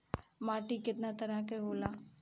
माटी केतना तरह के होला?